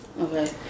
Okay